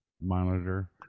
monitor